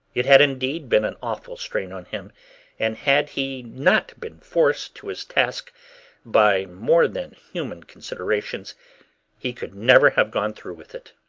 it had indeed been an awful strain on him and had he not been forced to his task by more than human considerations he could never have gone through with it.